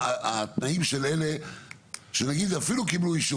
התנאים של אלה שנגיד אפילו קיבלו אישור,